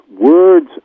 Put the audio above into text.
words